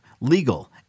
legal